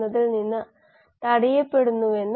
അതിനാൽ ഇതാണ് ഇവിടെ സ്ഥിതി